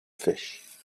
fish